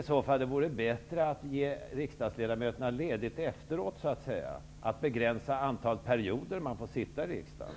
I så fall vore det bättre att ge riksdagsledamöterna ledigt efteråt så att säga genom att begränsa antalet perioder som man får sitta i riksdagen.